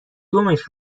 دمش